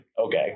okay